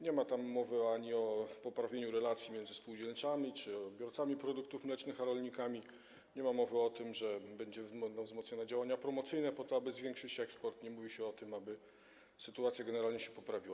Nie ma tu mowy ani o poprawieniu relacji między spółdzielniami czy odbiorcami produktów mlecznych a rolnikami, nie ma mowy o tym, że będą wzmocnione działania promocyjne, aby zwiększyć eksport, nie mówi się o tym, aby sytuacja generalnie się poprawiła.